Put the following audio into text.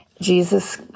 Jesus